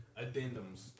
addendums